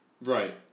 Right